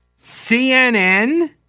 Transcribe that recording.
CNN